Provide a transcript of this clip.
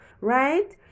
right